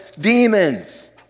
demons